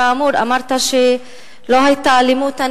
כאמור, אמרת שלא היתה אלימות.